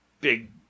big